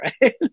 right